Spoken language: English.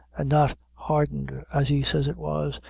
an' not hardened, as he says it was,